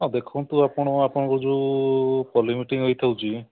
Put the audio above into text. ଦେଖନ୍ତୁ ଆପଣ ଆପଣଙ୍କର ଯେଉଁ ପଲ୍ଲୀ ମିଟିଂ ହୋଇଥାଉଛି